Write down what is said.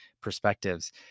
perspectives